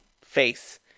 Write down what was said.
face